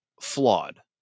flawed